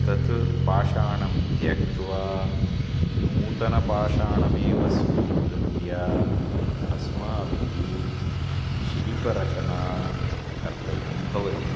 तत् पाषाणं त्यक्त्वा नूतनपाषाणमेव स्वीकृत्य अस्माभिः शिल्परचना कर्तव्यं भवति